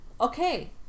Okay